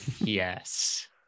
Yes